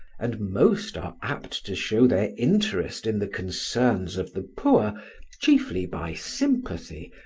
and most are apt to show their interest in the concerns of the poor chiefly by sympathy,